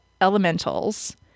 elementals